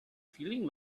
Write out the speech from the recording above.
feeling